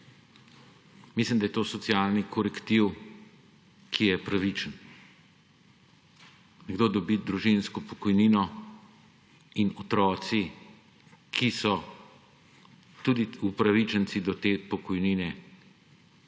Mislim, da je to socialni korektiv, ki je pravičen. Kdor dobi družinsko pokojnino in otroci, ki so upravičenci do te pokojnine,